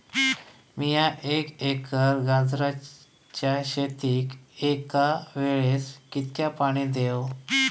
मीया एक एकर गाजराच्या शेतीक एका वेळेक कितक्या पाणी देव?